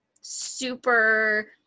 super